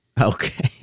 Okay